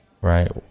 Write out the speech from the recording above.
Right